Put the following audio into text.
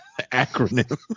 acronym